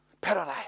paralyzed